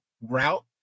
route